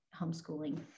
homeschooling